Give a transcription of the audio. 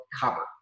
cover